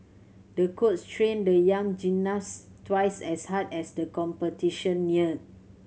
the coach trained the young gymnast twice as hard as the competition neared